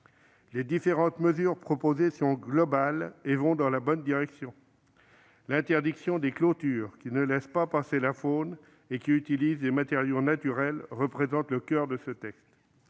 Les différentes mesures proposées sont globales et vont dans la bonne direction : l'interdiction des clôtures ne laissant pas passer la faune et n'utilisant pas des matériaux naturels est au coeur de ce texte.